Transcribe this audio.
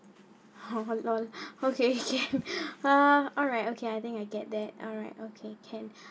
okay uh alright okay I think I get that alright okay can